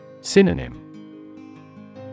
Synonym